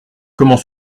comment